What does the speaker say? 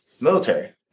military